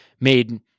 made